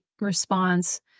response